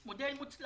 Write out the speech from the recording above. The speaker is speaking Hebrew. הוא מודל מוצלח.